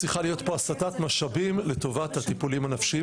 צריכה להיות פה הסטת משאבים לטובת הטיפולים הנפשיים,